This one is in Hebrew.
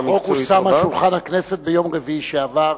החוק הושם על שולחן הכנסת ביום רביעי שעבר.